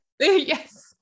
Yes